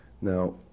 Now